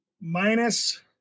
minus